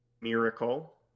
Miracle